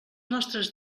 nostres